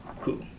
Cool